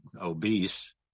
obese